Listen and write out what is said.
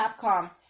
Capcom